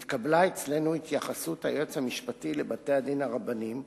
התקבלה אצלנו התייחסות היועץ המשפטי לבתי-הדין הרבניים,